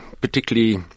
particularly